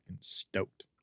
stoked